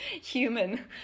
human